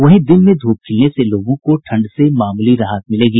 वहीं दिन में धूप खिलने से लोगों को ठंड से मामूली राहत मिलेगी